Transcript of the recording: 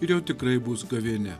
ir jau tikrai bus gavėnia